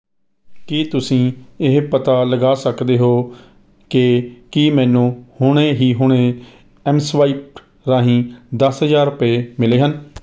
ਕੀ ਤੁਸੀਂਂ ਇਹ ਪਤਾ ਲਗਾ ਸਕਦੇ ਹੋ ਕਿ ਕੀ ਮੈਨੂੰ ਹੁਣੇ ਹੀ ਹੁਣੇ ਐੱਮਸਵਾਇਪ ਰਾਹੀਂ ਦਸ ਹਜ਼ਾਰ ਰੁਪਏ ਮਿਲੇ ਹਨ